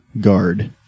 guard